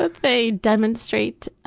but they demonstrate,